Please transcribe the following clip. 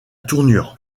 tournure